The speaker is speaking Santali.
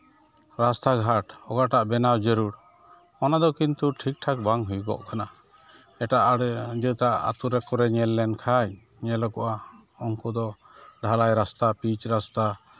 ᱨᱟᱥᱛᱟᱜᱷᱟᱴ ᱚᱠᱟᱴᱟᱜ ᱵᱮᱱᱟᱣ ᱡᱟᱹᱨᱩᱲ ᱚᱱᱟᱫᱚ ᱠᱤᱱᱛᱩ ᱴᱷᱤᱠ ᱴᱷᱟᱠ ᱵᱟᱝ ᱦᱩᱭᱩᱜᱚᱜ ᱠᱟᱱᱟ ᱮᱴᱟᱜ ᱡᱟᱹᱛᱟᱜ ᱠᱚᱨᱮᱜ ᱧᱮᱞ ᱞᱮᱱᱡᱷᱟᱡ ᱧᱮᱞᱚᱜᱚᱜᱼᱟ ᱩᱱᱠᱩ ᱫᱚ ᱰᱷᱟᱞᱟᱭ ᱨᱟᱥᱛᱟ ᱯᱤᱪ ᱨᱟᱥᱛᱟ